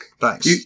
Thanks